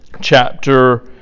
chapter